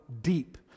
deep